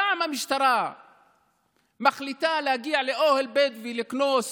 פעם המשטרה מחליטה להגיע לאוהל בדואי לקנוס